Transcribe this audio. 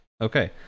Okay